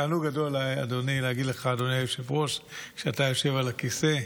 תענוג גדול אדוני להגיד לך אדוני היושב-ראש כשאתה יושב על הכיסא.